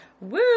Woo